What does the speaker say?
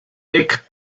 heck